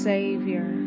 Savior